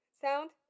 sound